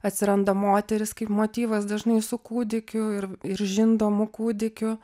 atsiranda moteris kaip motyvas dažnai su kūdikiu ir ir žindomu kūdikiu